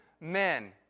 men